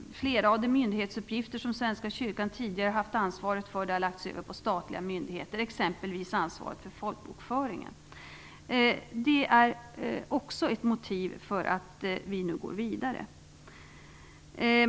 Flera av de myndighetsuppgifter som Svenska kyrkan tidigare har haft ansvar för har lagts över på statliga myndigheter, t.ex. ansvaret för folkbokföringen. Det är också ett motiv för att vi nu går vidare.